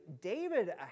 David